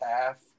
half